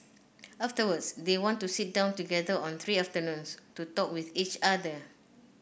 afterwards they want to sit down together on three afternoons to talk with each other